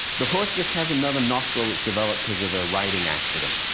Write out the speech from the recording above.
the horse just has another nostril that's developed because of a riding accident.